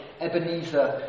Ebenezer